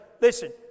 listen